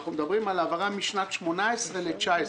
אנחנו מדברים על העברה משנת 18' ל-19',